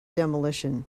demolition